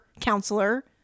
counselor